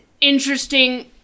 interesting